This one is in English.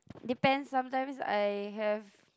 depends sometimes I have